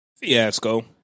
Fiasco